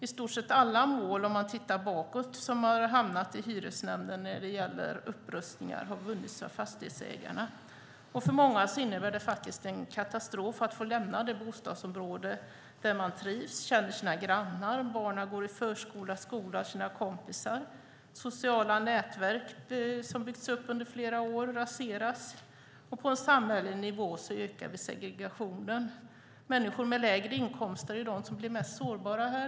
I stort sett alla mål bakåt i tiden som har hamnat i hyresnämnden när det gäller upprustningar har vunnits av fastighetsägarna. För många innebär det faktiskt en katastrof att lämna det bostadsområde där de trivs, känner sina grannar, där barnen går i förskolan och skolan och har sina kompisar. Sociala nätverk som har byggts upp under flera år raseras. På en samhällelig nivå ökar segregationen. Människor med lägre inkomster är mest sårbara.